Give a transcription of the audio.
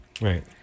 Right